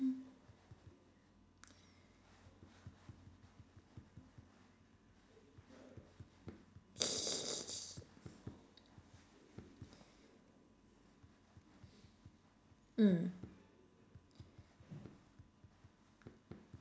mm